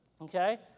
okay